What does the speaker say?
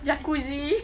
jacuzzi